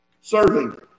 serving